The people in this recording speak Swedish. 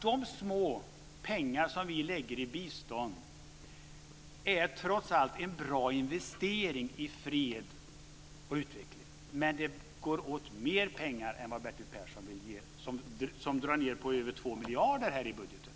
De små pengar som vi lägger i bistånd är trots allt en bra investering i fred och utveckling. Men det går åt mer pengar än vad Bertil Persson vill ge. Han drar ju ned med över två miljarder i budgeten.